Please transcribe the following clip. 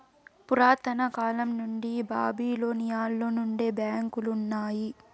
పురాతన కాలం నుండి బాబిలోనియలో నుండే బ్యాంకులు ఉన్నాయి